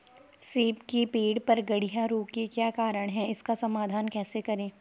सेब के पेड़ पर गढ़िया रोग के क्या कारण हैं इसका समाधान कैसे करें?